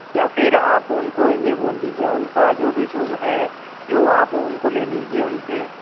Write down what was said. या फिर आप उनको ये बोल दीजिए उनका जो रिज्यूम है जो आप उनको ले लीजिए उनसे